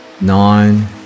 Nine